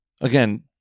again